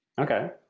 Okay